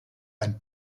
ein